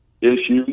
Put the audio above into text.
issues